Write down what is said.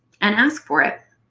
and ask for it.